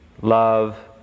Love